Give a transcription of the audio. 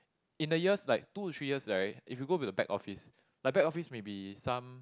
in the years like two to threes years right if you go with the back office like back office maybe some